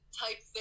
type